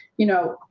you know,